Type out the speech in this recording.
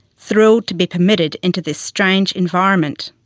thrilled to be permitted into this strange environment.